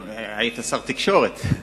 היית שר התקשורת,